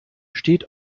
steht